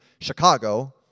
Chicago